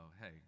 hey